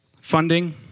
Funding